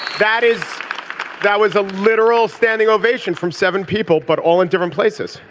that is that was a literal standing ovation from seven people but all in different places.